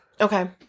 Okay